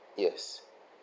yes